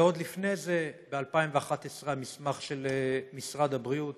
ועוד לפני זה ב-2011 המסמך של משרד הבריאות